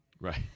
Right